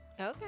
Okay